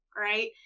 Right